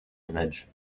image